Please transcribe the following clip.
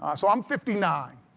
um so i'm fifty nine,